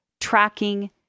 tracking